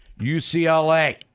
UCLA